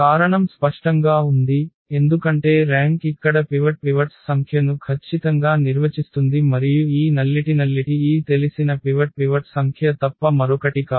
కారణం స్పష్టంగా ఉంది ఎందుకంటే ర్యాంక్ ఇక్కడ పివట్స్ సంఖ్యను ఖచ్చితంగా నిర్వచిస్తుంది మరియు ఈ నల్లిటి ఈ తెలిసిన పివట్ సంఖ్య తప్ప మరొకటి కాదు